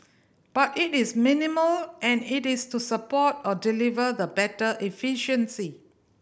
but it is minimal and it is to support or deliver the better efficiency